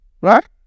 Right